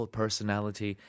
personality